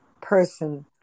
person